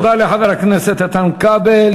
תודה לחבר הכנסת איתן כבל.